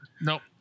Nope